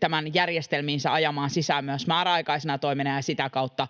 tämän järjestelmiinsä ajamaan sisään myös määräaikaisena toimena ja sitä kautta